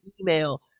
email